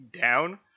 down